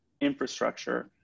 infrastructure